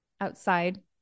outside